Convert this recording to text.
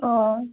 औ